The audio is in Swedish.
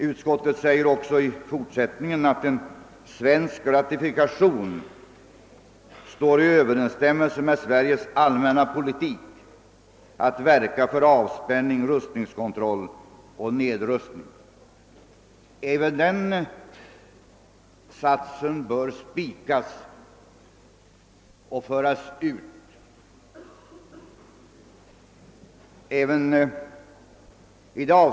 Utskottet säger också i fortsättningen: »En svensk ratifikation skulle stå i överensstämmelse med Sveriges allmänna politik att verka för avspänning, nedrustningskon troll och nedrustning.« Även den satsen bör spikas och föras ut.